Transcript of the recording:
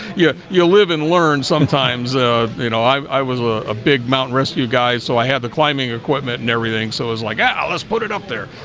yet, you live and learn sometimes ah you know i was a big mountain rescue guy, so i had the climbing equipment and everything so it was like yeah let's put it up there,